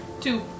Two